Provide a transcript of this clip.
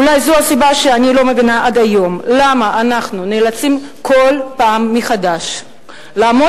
אולי זו הסיבה שאני לא מבינה עד היום למה אנחנו נאלצים כל פעם מחדש לעמוד